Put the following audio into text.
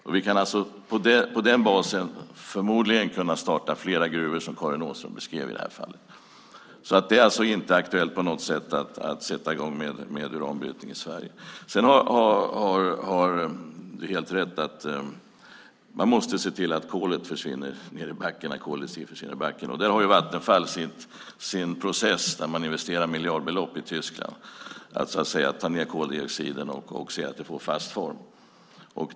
Baserat på detta kan vi förmodligen starta flera gruvor, precis som Karin Åström beskrev. Det är dock inte aktuellt på något sätt att sätta i gång med uranbrytning i Sverige. Per Bolund har helt rätt. Man måste se till att koldioxiden försvinner ned i backen. Vattenfall investerar miljardbelopp i en process i Tyskland för att så att säga ta ned koldioxiden och se att den får fast form.